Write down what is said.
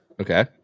Okay